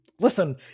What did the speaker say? Listen